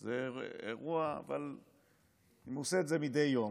זה אירוע, אבל אם הוא עושה את זה מדי יום,